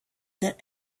that